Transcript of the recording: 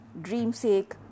Dreamsake